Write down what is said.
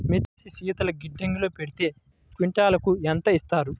మిర్చి శీతల గిడ్డంగిలో పెడితే క్వింటాలుకు ఎంత ఇస్తారు?